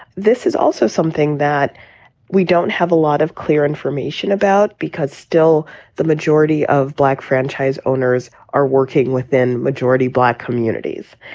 this is also something that we don't have a lot of clear information about, because still the majority of black franchise owners are working within majority black communities.